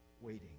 waiting